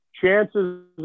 chances